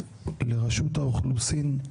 לרשות האוכלוסין.